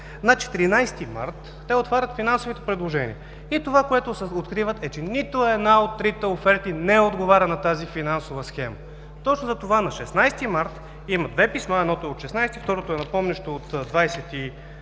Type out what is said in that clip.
на 14 март те отварят финансовите предложения. Това, което откриват, е, че нито едната от трите оферти не отговаря на тази финансова схема. Точно затова на 16 март има две писма – едното е от 16-ти, второто е напомнящо от 23-ти